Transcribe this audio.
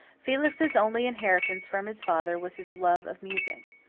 felix's only inheritance from his father was his love of music.